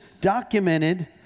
documented